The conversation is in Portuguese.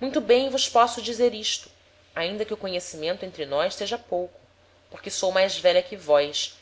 muito bem vos posso dizer isto ainda que o conhecimento entre nós seja pouco porque sou mais velha que vós